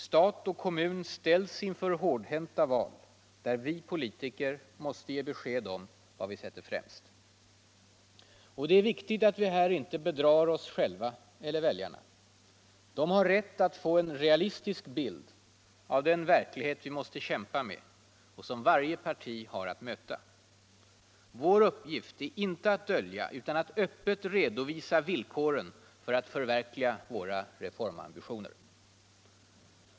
Stat och kommun ställs inför hårdhänta val, där vi politiker måste ge besked om vad vi sätter främst. Det är viktigt att vi här inte bedrar oss själva eller väljarna. De har rätt att få en realistisk bild av den verklighet vi måste kämpa med och som varje parti har att möta. Vår uppgift är inte att dölja utan att öppet redovisa villkoren för att förverkliga våra reformambitioner.